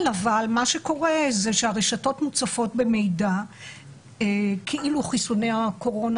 מה שקורה בפועל זה שהרשתות מוצפות במידע כאילו חיסוני הקורונה,